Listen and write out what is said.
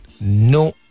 no